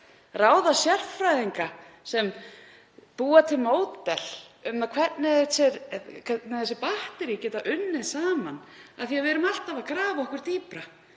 ráða sérfræðinga sem búa til módel að því hvernig þessi batterí geta unnið saman. Við erum alltaf að grafa okkur dýpra